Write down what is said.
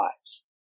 lives